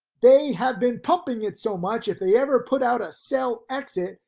they have been pumping it so much if they ever put out a sell exit,